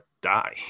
die